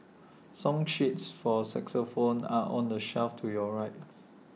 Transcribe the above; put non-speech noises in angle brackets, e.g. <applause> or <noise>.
<noise> song sheets for xylophones are on the shelf to your right